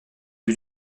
lui